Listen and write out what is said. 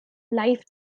live